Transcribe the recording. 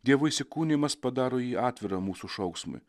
dievo įsikūnijimas padaro jį atvirą mūsų šauksmui